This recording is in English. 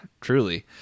truly